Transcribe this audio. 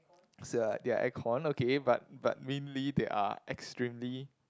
ya there are air con okay but but mainly they are extremely